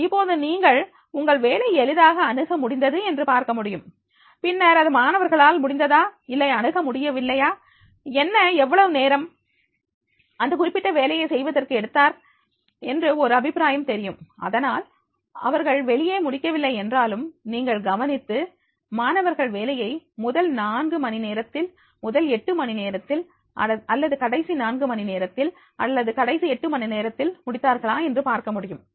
இப்போது நீங்கள் உங்கள் வேலை எளிதாக அணுக முடிந்தது என்று பார்க்க முடியும் பின்னர் அது மாணவர்களால் முடிந்ததா இல்லை அணுக முடியவில்லையா என்ன எவ்வளவு நேரம் அந்த குறிப்பிட்ட வேலையை செய்வதற்கு எடுத்தார் என்று ஒரு அபிப்ராயம் தெரியும் அதனால் அவர்கள் வெளியே முடிக்கவில்லை என்றாலும் நீங்கள் கவனித்து மாணவர்கள் வேலையை முதல் 4 மணி நேரத்தில் முதல் 8 மணி நேரத்தில் அல்லது கடைசி நான்கு மணி நேரத்தில் அல்லது கடைசி எட்டு மணி நேரத்தில் முடித்தார்களா என்று பார்க்க முடியும்